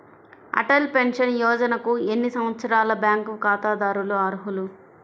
Atal pension యోజనకు ఎన్ని సంవత్సరాల బ్యాంక్ ఖాతాదారులు అర్హులు?